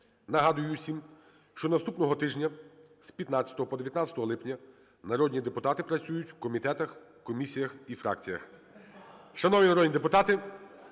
Нагадую всім, що наступного тижня, з 15 по 19 липня, народні депутати працюють в комітетах, в комісіях і фракціях.